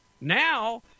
Now